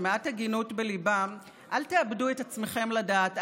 שמעט הגינות בליבם: אל תאבדו את עצמכם לדעת,